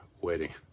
waiting